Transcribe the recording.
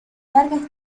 larga